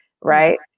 Right